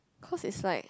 cause it's like